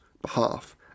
behalf